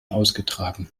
ausgetragen